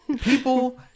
People